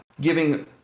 giving